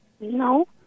No